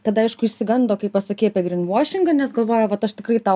tada aišku išsigando kai pasakei apie gryn vuošingą nes galvoja vat aš tikrai tau